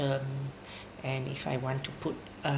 term and if I want to put